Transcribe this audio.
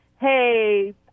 hey